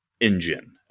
engine